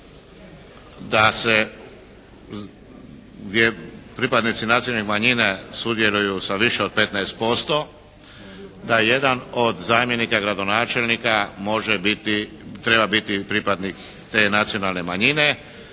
gdje pripadnici nacionalnih manjina sudjeluju sa više od 15% da jedan od zamjenika gradonačelnika može biti, treba biti pripadnik te nacionalne manjine.